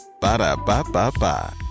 Ba-da-ba-ba-ba